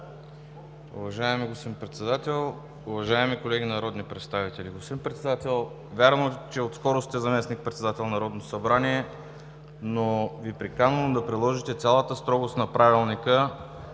уважаеми колеги народни представители!